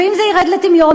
ואם זה ירד לטמיון,